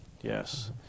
Yes